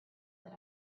that